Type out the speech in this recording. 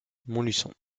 montluçon